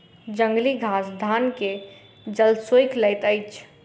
जंगली घास धान के जल सोइख लैत अछि